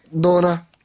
dona